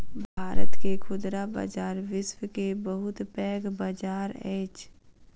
भारत के खुदरा बजार विश्व के बहुत पैघ बजार अछि